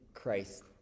Christ